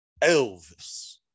Elvis